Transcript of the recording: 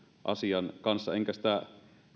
asian kanssa enkä sitä